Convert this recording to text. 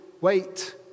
wait